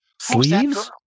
Sleeves